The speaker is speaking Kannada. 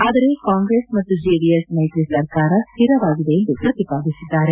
ಆದರೆ ಕಾಂಗ್ರೆಸ್ ಮತ್ತು ಜೆಡಿಎಸ್ ಮೈತ್ರಿ ಸರ್ಕಾರ ಸ್ಲಿರವಾಗಿದೆ ಎಂದು ಪ್ರತಿಪಾದಿಸಿದ್ದಾರೆ